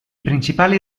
principali